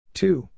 two